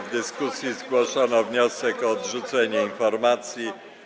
W dyskusji zgłoszono wniosek o odrzucenie informacji.